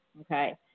okay